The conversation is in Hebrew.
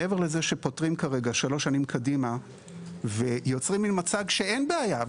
מעבר לזה שפוטרים כרגע לשלוש שנים קדימה ויוצרים מעין מצג שאין בעיה,